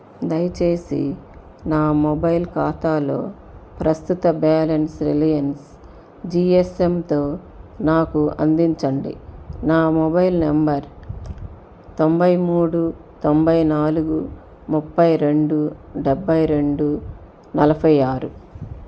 దయచేసి నా మొబైల్ ఖాతాలో ప్రస్తుత బ్యాలెన్స్ రిలయన్స్ జీఎస్ఎమ్తో నాకు అందించండి నా మొబైల్ నంబర్ తొంభై మూడు తొంభై నాలుగు ముప్పై రెండు డెబ్బై రెండు నలభై ఆరు